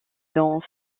dans